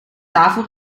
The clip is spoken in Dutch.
tafel